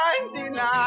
99